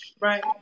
Right